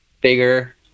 bigger